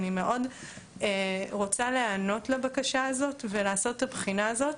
אני מאוד רוצה להיענות לבקשה הזאת ולעשות את הבחינה הזאת.